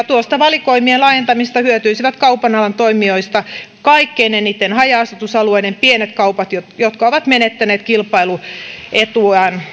tuosta valikoimien laajentamisesta hyötyisivät kaupan alan toimijoista kaikkein eniten haja asutusalueiden pienet kaupat jotka ovat menettäneet kilpailuetuaan